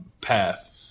path